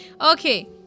Okay